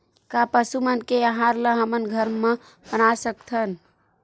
का पशु मन के आहार ला हमन घर मा बना सकथन?